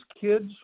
kids